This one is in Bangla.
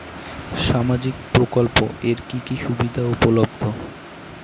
সামাজিক প্রকল্প এর কি কি সুবিধা উপলব্ধ?